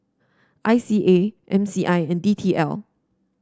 I C A M C I and D T L